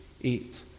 eat